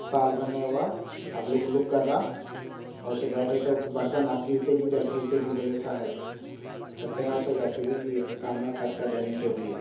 سال بھر نہیں ہوا اب لک لک کر رہا اب اس پہ بیٹھے تو برتن اب گرتے کہ جب گرتے بولے سا ہے ستیہ ناس ہو گیا چو بھی لیے کام نہ کاج کا ڈائیننگ ٹیبل یہ